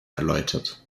erläutert